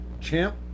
champ